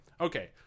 okay